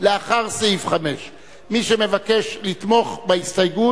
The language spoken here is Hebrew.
לאחר סעיף 5. מי שמבקש לתמוך בהסתייגות,